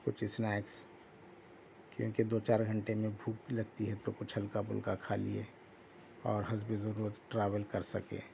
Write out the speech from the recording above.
کچھ اسنیکس کیونکہ دو چار گھنٹے میں بھوک لگتی ہے تو کچھ ہلکا پھلکا کھا لئے اور حسب ضرورت ٹراویل کر سکے